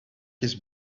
his